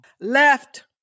Left